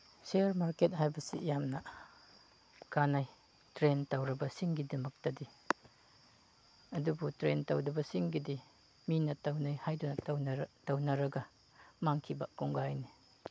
ꯁꯤꯌꯔ market ꯍꯥꯏꯕꯁꯤ ꯌꯥꯝꯅ ꯀꯥꯅꯩ ꯇ꯭ꯔꯦꯟ ꯇꯧꯔꯕꯁꯤꯡꯒꯤꯗꯃꯛꯇꯗꯤ ꯑꯗꯨꯕꯨ ꯇ꯭ꯔꯦꯟ ꯇꯧꯗꯕꯁꯤꯡꯒꯤꯗꯤ ꯃꯤꯅ ꯇꯧꯅꯩ ꯍꯥꯏꯗꯨꯅ ꯇꯧꯅꯔꯒ ꯃꯥꯡꯈꯤꯕ ꯀꯣꯡꯒꯥꯏꯅꯤ